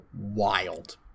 wild